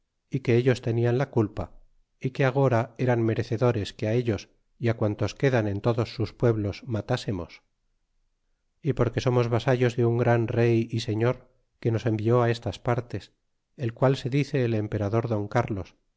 y que ellos tenian la culpa y que agora eran merecedores que á ellos y á guantes quedan en todos sus pueblos matásemos y porque somos vasallos de un gran rey y señor que nos envió estas partes el qual se dice el emperador don cárlos